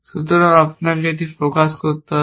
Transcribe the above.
সুতরাং আপনাকে এটি প্রকাশ করতে হবে